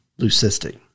leucistic